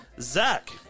Zach